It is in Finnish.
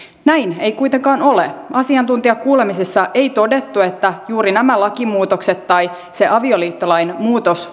näin ei kuitenkaan ole asiantuntijakuulemisissa ei todettu että juuri nämä lakimuutokset tai se avioliittolain muutos